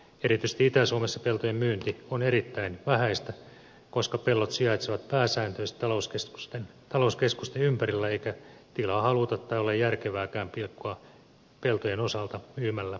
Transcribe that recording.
erityisesti itä suomessa peltojen myynti on erittäin vähäistä koska pellot sijaitsevat pääsääntöisesti talouskeskusten ympärillä eikä tilaa haluta tai ole järkevääkään pilkkoa peltojen osalta myymällä niitä